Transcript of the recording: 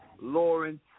Lawrence